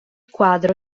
quadro